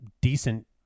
decent